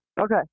Okay